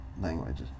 language